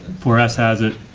four s has it